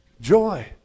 joy